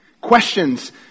Questions